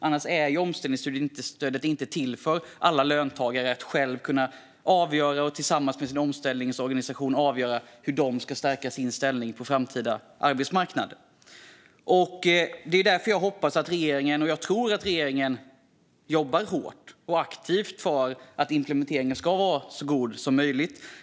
Annars är omställningsstudiestödet inte till för att alla löntagare tillsammans med sin omställningsorganisation själva ska kunna avgöra hur de ska stärka sin ställning på den framtida arbetsmarknaden. Det är därför jag hoppas och tror att regeringen jobbar hårt och aktivt för att implementeringen ska vara så god som möjligt.